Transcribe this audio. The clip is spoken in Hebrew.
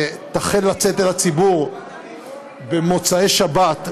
שתחל לצאת אל הציבור במוצאי שבת,